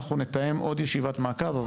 אנחנו נתאם עוד ישיבת מעכב,